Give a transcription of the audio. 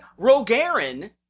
Rogarin